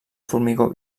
formigó